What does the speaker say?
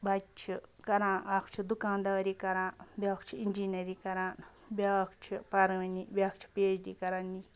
بَچہِ چھِ کَران اَکھ چھِ دُکاندٲری کَران بیاکھ چھُ اِنجیٖنٔری کَران بیاکھ چھِ پَرٲنی بیاکھ چھِ پی ایچ ڈی کَران